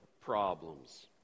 problems